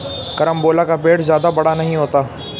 carambola का पेड़ जादा बड़ा नहीं होता